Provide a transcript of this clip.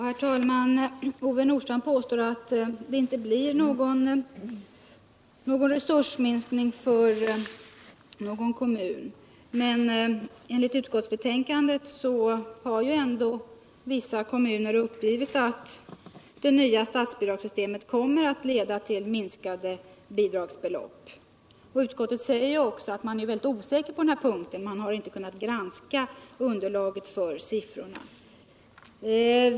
Herr talman! Ove Nordstrandh påstår att det inte blir någon resursminskning för någon kommun. Men enligt utskottsbetänkandet har ju ändå vissa kommuner uppgivit att det nya statsbidragssystemet kommer att leda till minskade bidragsbelopp. Utskottet säger också att man är mycket osäker på den här punkten; man har inte kunnat granska underlaget för siffrorna.